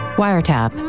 wiretap